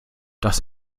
das